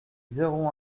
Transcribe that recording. zéro